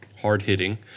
Hard-hitting